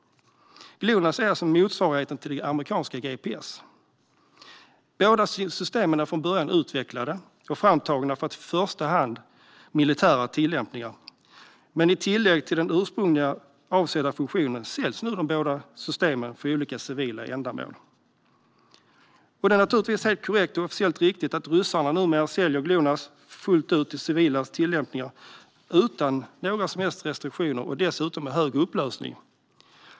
Glonass är en motsvarighet till det amerikanska GPS. Båda systemen är från början utvecklade och framtagna för i första hand militära tillämpningar, men i tillägg till den ursprungliga funktionen säljs nu de båda systemen för olika civila ändamål. Det är naturligtvis helt riktigt att ryssarna numera säljer Glonass till civila tillämpningar utan några som helst restriktioner och dessutom med hög upplösning.